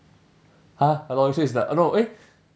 !huh! aloysius is like uh no eh